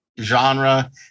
genre